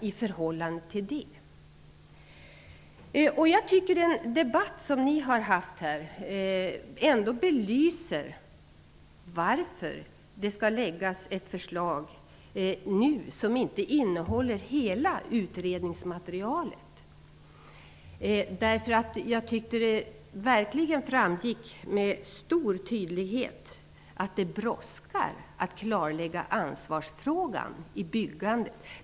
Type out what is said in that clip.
Jag tycker att den debatt ni har haft belyser varför det skall läggas fram ett förslag nu som inte innehåller hela utredningsmaterialet. Det framgick med stor tydlighet att det brådskar att klarlägga ansvarsfrågan inom byggandet.